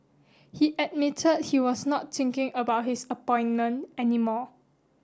he admitted he was not thinking about his appointment any more